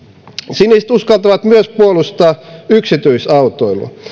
siniset uskaltavat myös puolustaa yksityisautoilua